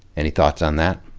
any thoughts on that?